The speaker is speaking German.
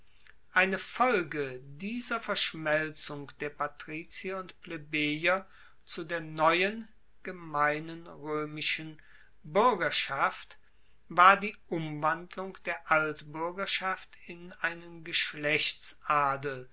eine folge dieser verschmelzung der patrizier und plebejer zu der neuen gemeinen roemischen buergerschaft war die umwandlung der altbuergerschaft in einen geschlechtsadel